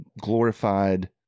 glorified